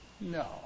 No